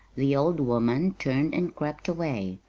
the old woman turned and crept away,